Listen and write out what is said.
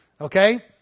Okay